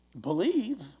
believe